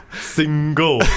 single